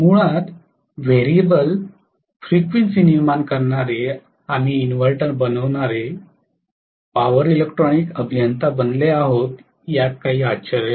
मुळात variable frequency निर्माण करणारे आम्ही इन्व्हर्टर बनविणारे पॉवर इलेक्ट्रॉनिक अभियंता बनले आहेत यात काही आश्चर्य नाही